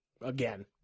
again